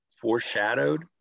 foreshadowed